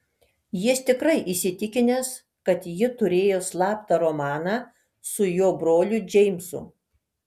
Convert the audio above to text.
jis tikrai įsitikinęs kad ji turėjo slaptą romaną su jo broliu džeimsu